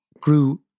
grew